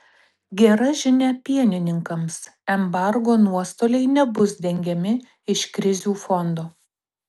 gera žinia pienininkams embargo nuostoliai nebus dengiami iš krizių fondo